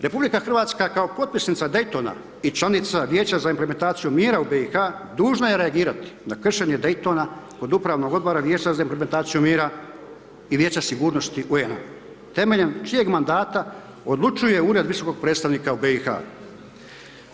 RH kao potpisnica Daytona i članica Vijeća za implementaciju mira u BiH-u, dužna je reagirati na kršenje Daytona kod upravnog odbora Vijeća za implementaciju mira i Vijeća sigurnosti UN-a temeljem čijeg mandata odlučuje ured Visokog predstavnika u BiH-u.